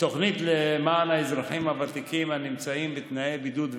תוכנית למען האזרחים הוותיקים הנמצאים בתנאי בידוד ועוני,